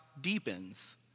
deepens